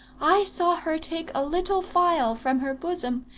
i saw her take a little phial from her bosom,